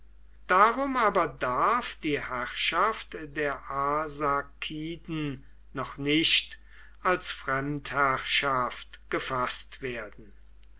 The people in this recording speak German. darum aber darf die herrschaft der arsakiden noch nicht als fremdherrschaft gefaßt werden